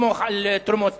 לסמוך על תרומות.